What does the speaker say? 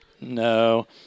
no